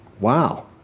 Wow